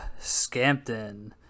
Scampton